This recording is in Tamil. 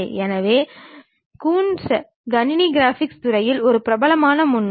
எனவே கூன்ஸ் கணினி கிராபிக்ஸ் துறையில் ஒரு பிரபலமான முன்னோடி